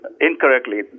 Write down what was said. incorrectly